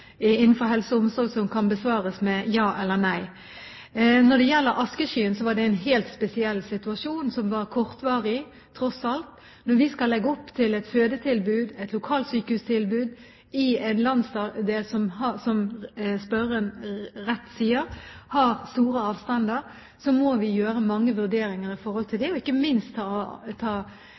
en helt spesiell situasjon, som var kortvarig, tross alt. Når vi skal legge opp til et fødetilbud, et lokalsykehustilbud, i en landsdel som, som spørreren rett sier, har store avstander, må vi gjøre mange vurderinger i forhold til det, og ikke minst ta